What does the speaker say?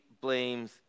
blames